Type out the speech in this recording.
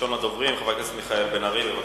ראשון הדוברים, חבר הכנסת מיכאל בן-ארי, בבקשה.